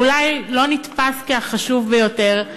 אולי לא נתפס כחשוב ביותר,